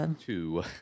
Two